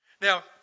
Now